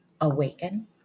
awaken